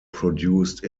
produced